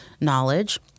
knowledge